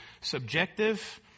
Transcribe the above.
subjective